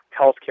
healthcare